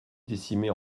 décimées